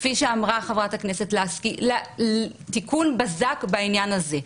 כפי שאמרה חברת הכנסת לסקי לעשות תיקון בזק בעניין הזה.